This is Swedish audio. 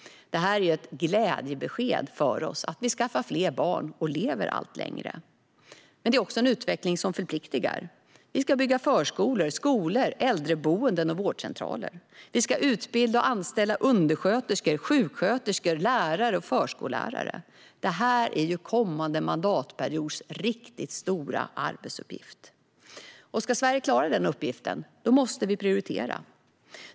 Det är ett glädjebesked att vi skaffar fler barn och lever allt längre. Men det också en utveckling som förpliktar. Vi ska bygga förskolor, skolor, äldreboenden och vårdcentraler. Vi ska utbilda och anställa undersköterskor, sjuksköterskor, lärare och förskollärare. Det här är kommande mandatperiods riktigt stora arbetsuppgift. Ska Sverige klara den uppgiften måste vi prioritera.